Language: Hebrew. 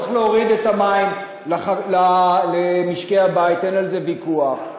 צריך להוריד את המים למשקי הבית, אין על זה ויכוח,